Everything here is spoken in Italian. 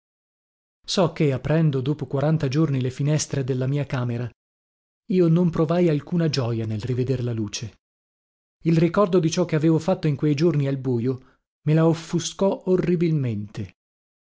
so che aprendo dopo quaranta giorni le finestre della mia camera io non provai alcuna gioja nel riveder la luce il ricordo di ciò che avevo fatto in quei giorni al bujo me la offuscò orribilmente